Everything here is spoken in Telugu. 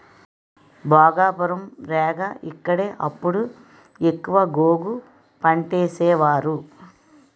భోగాపురం, రేగ ఇక్కడే అప్పుడు ఎక్కువ గోగు పంటేసేవారు